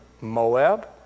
Moab